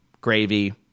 gravy